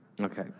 Okay